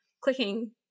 clicking